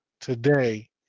today